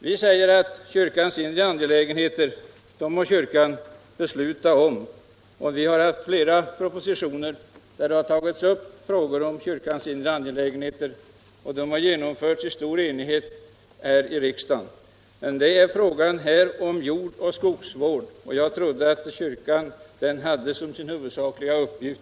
Vi säger att kyrkan må besluta om sina inre angelägenheter. Flera propositioner, som har tagit upp frågor om kyrkans inre angelägenheter, har bifallits i höst av riksdagen i stor enighet. Här är det fråga om jordoch skogsvård, men jag trodde att kyrkan hade själavård som sin huvudsakliga uppgift.